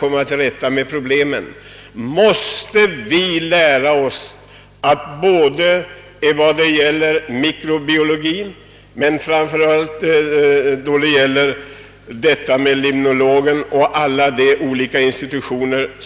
komma till rätta med problemen måste vi få sådana tjänster i mikrobiologi och — framför allt — i limnologi.